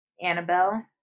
Annabelle